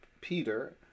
Peter